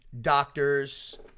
doctors